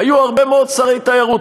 היו הרבה מאוד שרי תיירות,